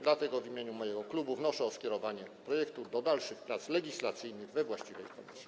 Dlatego w imieniu mojego klubu wnoszę o skierowanie projektu do dalszych prac legislacyjnych we właściwej komisji.